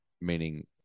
meaning